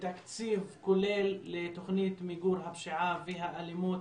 לתקציב כולל לתוכנית מיגור הפשיעה והאלימות